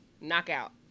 knockout